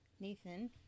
Nathan